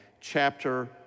chapter